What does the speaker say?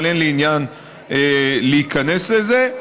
אבל אין לי עניין להיכנס לזה.